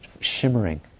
shimmering